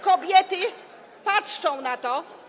Kobiety patrzą na to.